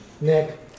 Nick